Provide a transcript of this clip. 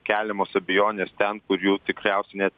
keliamos abejonės ten kur jų tikriausiai net